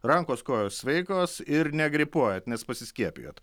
rankos kojos sveikos ir negripuojat nes pasiskiepijot